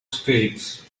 states